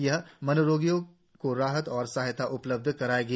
यह मनोरोगियों को राहत और सहायता उपलब्ध कराएगी